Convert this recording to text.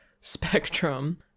spectrum